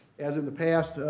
as in the past,